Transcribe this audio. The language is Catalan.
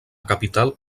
capital